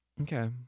Okay